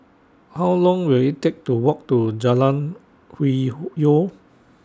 How Long Will IT Take to Walk to Jalan Hwi Yoh